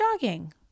jogging